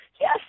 yes